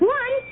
one